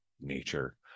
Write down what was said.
nature